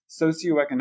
socioeconomic